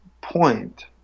point